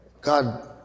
God